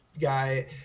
guy